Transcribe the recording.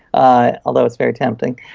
ah although it's very tempting.